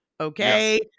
Okay